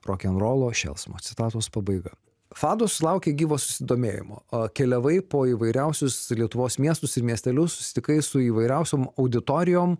rokenrolo šėlsmo citatos pabaiga fado sulaukė gyvo susidomėjimo keliavai po įvairiausius lietuvos miestus ir miestelius susitikai su įvairiausiom auditorijom